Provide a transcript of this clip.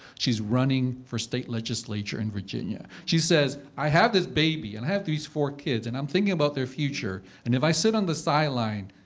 she's running for state legislature in virginia. she says, i have this baby and i have these four kids. and i'm thinking about their future. and if i sit on the sideline,